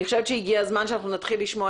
אני חושבת שהגיע הזמן שאנחנו נתחיל לשמוע